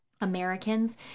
Americans